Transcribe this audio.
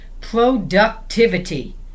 productivity